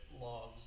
logs